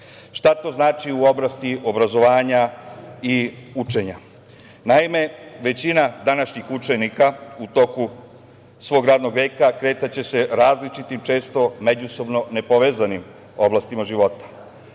to znači u oblasti obrazovanja i učenja? Naime, većina današnjih učenika u toku svog radnog veka kretaće se različitim, često međusobno nepovezanim oblastima života.